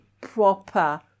proper